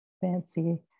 fancy